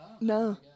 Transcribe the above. no